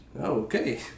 Okay